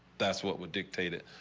that's what would dictate it.